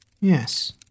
Yes